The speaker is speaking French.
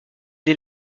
dès